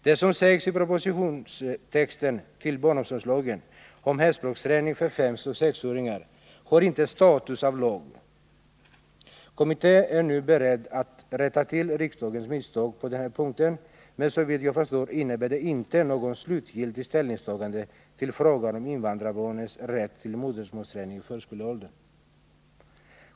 Det som sägs i propositionstexten till barnomsorgslagen om hemspråksträning för 5-6-åringar har inte status av lag. Kommittén är nu beredd att rätta till riksdagens misstag på den här punkten, men såvitt jag förstår innebär det inte något slutligt ställningstagande till frågan om invandrarbarnens rätt till modersmålsträning i förskoleåldern.